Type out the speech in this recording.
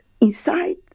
inside